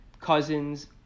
Cousins